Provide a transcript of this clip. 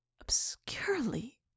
obscurely